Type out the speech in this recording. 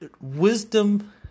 wisdom